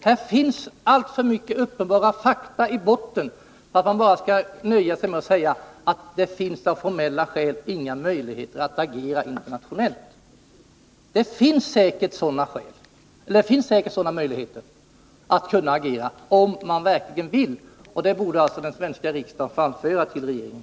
Här finns alltför många uppenbara fakta i botten för att man bara skall nöja sig med att säga att det av formella skäl inte finns några möjligheter att agera internationellt. Det finns säkert möjligheter att agera, om man verkligen vill, och det borde alltså den svenska riksdagen framföra till regeringen.